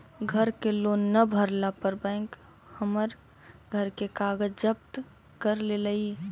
घर के लोन न भरला पर बैंक हमर घर के कागज जब्त कर लेलई